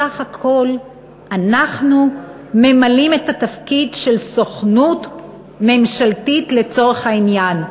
בסך הכול אנחנו ממלאים את התפקיד של סוכנות ממשלתית לצורך העניין,